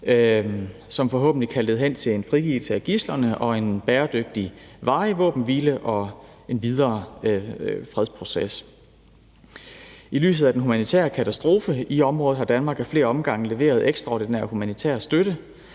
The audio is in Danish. som forhåbentlig kan lede hen til en frigivelse af gidslerne og en bæredygtig, varig våbenhvile og en videre fredsproces. I lyset af den humanitære katastrofe i området har Danmark ad flere omgange leveret ekstraordinær humanitær støtte